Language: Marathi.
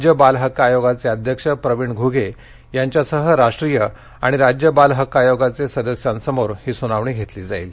राज्य बाल हक्क आयोगाचे अध्यक्ष प्रवीण घुगे यांच्यासह राष्ट्रीय आणि राज्य बाल हक्क आयोगाचे सदस्यांसमोर ही सुनावणी घेतली जाईल